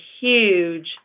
huge